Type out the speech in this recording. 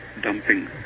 dumping